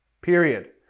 period